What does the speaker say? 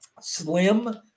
Slim